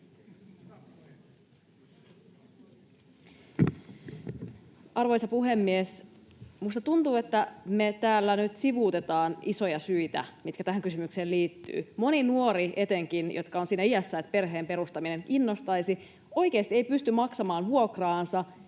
Arvoisa puhemies! Minusta tuntuu, että me täällä nyt sivuutetaan isoja syitä, mitkä tähän kysymykseen liittyvät. Etenkin moni nuori, joka on siinä iässä, että perheen perustaminen innostaisi, ei oikeasti pysty maksamaan vuokraansa,